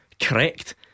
correct